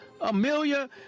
Amelia